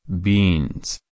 Beans